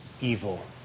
evil